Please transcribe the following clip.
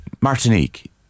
Martinique